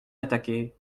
attaqué